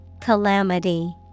Calamity